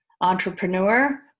entrepreneur